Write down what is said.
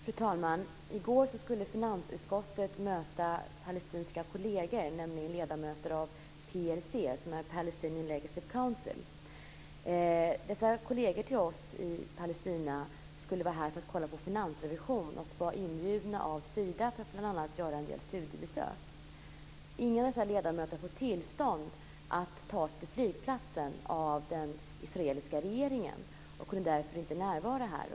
Fru talman! I går skulle finansutskottet möta palestinska kolleger, nämligen ledamöter av PLC, dvs. Palestinian Legislative Council. Dessa kolleger till oss i Palestina skulle vara här för att se på finansrevision. De var inbjudna av Sida för att bl.a. göra en del studiebesök. Ingen av dessa ledamöter har fått tillstånd att ta sig till flygplatsen av den israeliska regeringen och kunde därför inte närvara här.